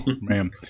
man